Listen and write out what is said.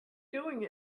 doing